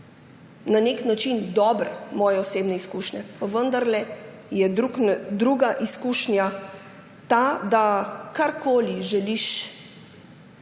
na nek način dobre, moje osebne izkušnje, pa vendarle je druga izkušnja ta, da karkoli želiš,